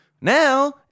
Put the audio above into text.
Now